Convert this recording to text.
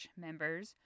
members